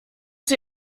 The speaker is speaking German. sie